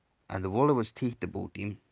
and the wolle was tight about him,